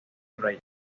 rachel